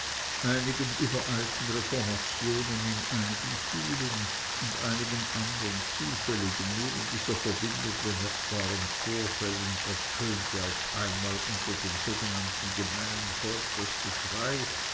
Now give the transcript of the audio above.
einigen übereilten reformationen in einigen schulen und einigen andern zufälligen nur in dieser verbindung bemerkbaren vorfällen ertönte auf einmal unter dem sogenannten gemeinen volk das geschrei